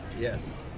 Yes